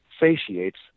satiates